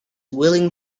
willing